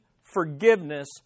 forgiveness